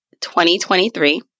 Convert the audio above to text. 2023